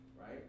Right